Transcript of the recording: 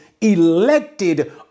elected